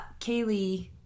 Kaylee